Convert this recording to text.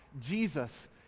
Jesus